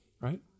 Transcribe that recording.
right